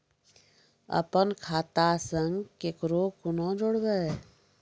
अपन खाता संग ककरो कूना जोडवै?